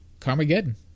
Carmageddon